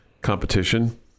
competition